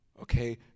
Okay